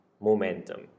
momentum